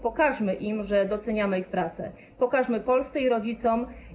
Pokażmy im, że doceniamy ich pracę, pokażmy Polsce i rodzicom.